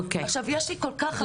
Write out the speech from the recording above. עכשיו יש לי עוד כל כך הרבה.